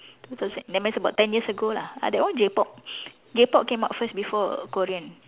two thousand that means about ten years ago lah ah that one J-pop J-pop came up first before Korean